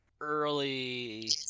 early